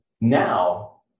Now